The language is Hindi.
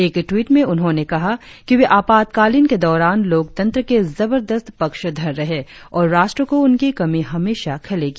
एक टवीट में उन्होंने कहा कि वे आपातकालिन के दौरान लोकतंत्र के जबरदस्त पक्षधर रहे और राष्ट्र को उनकी कमी हमेशा खलेगी